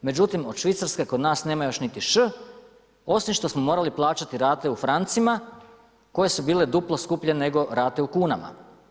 Međutim, od Švicarske kod nas nema još niti Š osim što smo morali plaćati rate u francima koje su bile duplo skuplje nego rate u kunama.